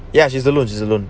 ya she's alone she's alone